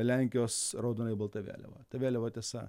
lenkijos raudonai balta vėliava ta vėliava tiesa